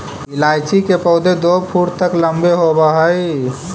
इलायची के पौधे दो फुट तक लंबे होवअ हई